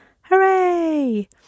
Hooray